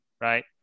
right